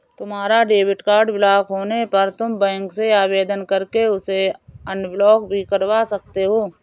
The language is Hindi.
तुम्हारा डेबिट कार्ड ब्लॉक होने पर तुम बैंक से आवेदन करके उसे अनब्लॉक भी करवा सकते हो